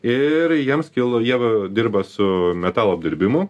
ir jiems kilo jie va dirba su metalo apdirbimu